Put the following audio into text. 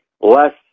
less